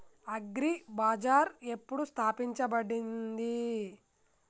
Agri Bazaar ఎప్పుడు స్థాపించబడింది?